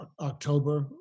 October